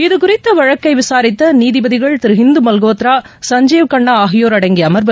இதுகுறித்த வழக்கை விசாரித்த நீதிபதிகள் இந்து மல்ஹோத்ரா சஞ்சீவ் கன்னா ஆகியோர் அடங்கிய அமர்வு